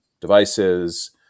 devices